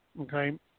okay